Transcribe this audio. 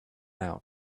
out